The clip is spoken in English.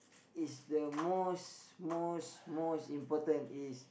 it's the most most most important is